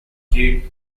they